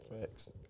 Facts